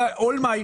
הולמאי,